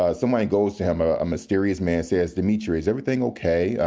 ah somebody goes to him, a mysterious man says, dmitri, is everything okay?